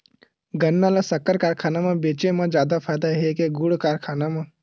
गन्ना ल शक्कर कारखाना म बेचे म जादा फ़ायदा हे के गुण कारखाना म?